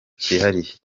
cyihariye